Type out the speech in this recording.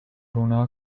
runā